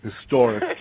historic